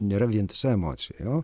nėra vientisa emocija jo